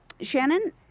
Shannon